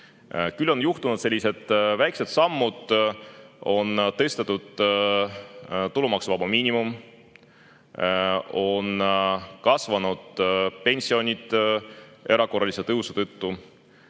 Küll on [tehtud] sellised väikesed sammud. On tõstetud tulumaksuvaba miinimumi, on kasvanud pensionid erakorralise tõusu tõttu,